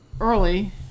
early